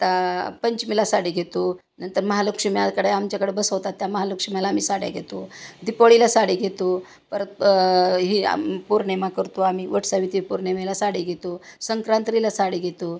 आता पंचमीला साडी घेतो नंतर महालक्ष्मीकडे आमच्याकडे बसवतात त्या महालक्ष्मीला आही साड्या घेतो दीपवळीला साडी घेतो परत ही आ पूर्णिमा करतो आम्ही वटसावित्री पूर्णिमेला साडी घेतो संक्रांतीला साडी घेतो